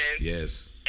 yes